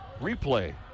replay